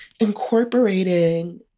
incorporating